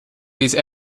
these